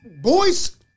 boys